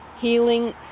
healing